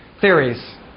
theories